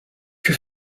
que